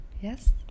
Yes